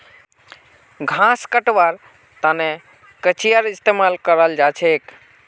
घास कटवार तने कचीयार इस्तेमाल कराल जाछेक